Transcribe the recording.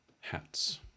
hats